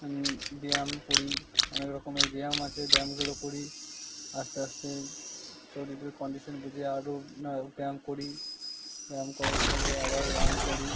আমি ব্যায়াম করি অনেক রকমের ব্যায়াম আছে ব্যায়ামগুলো করি আস্তে আস্তে শরীরের কন্ডিশান বুঝে আরো নানা ব্যায়াম করি ব্যায়াম করার পরে আবার রান করি